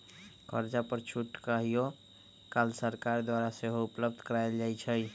कर्जा पर छूट कहियो काल सरकार द्वारा सेहो उपलब्ध करायल जाइ छइ